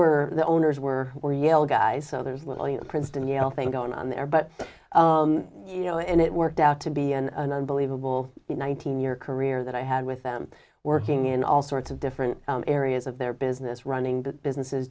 were the owners were were yale guys so there's little you princeton yell thing going on there but you know and it worked out to be an unbelievable one thousand year career that i had with them working in all sorts of different areas of their business running the businesses